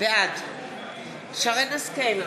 בעד שרן השכל,